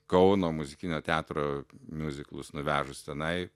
kauno muzikinio teatro miuziklus nuvežus tenai